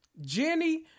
Jenny